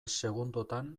segundotan